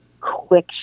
quick